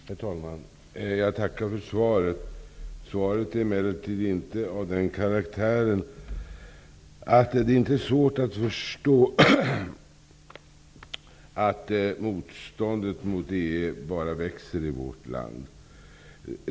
Herr talman! Jag tackar för svaret. Det är emellertid av den karaktären att det inte är svårt att förstå att motståndet mot EU växer i vårt land.